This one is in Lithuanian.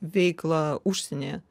veiklą užsienyje